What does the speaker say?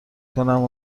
کنم